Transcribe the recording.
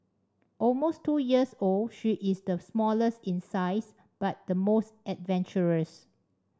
almost two years old she is the smallest in size but the most adventurous